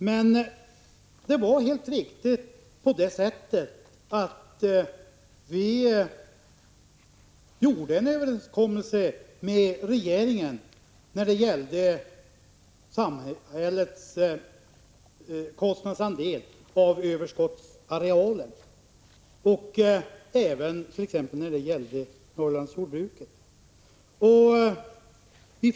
Men det är helt riktigt att vi träffade en överenskommelse med regeringen om samhällets andel av exportkostnaderna för överskottsarealen och även om Norrlandsjordbruket.